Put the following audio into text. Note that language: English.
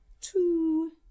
two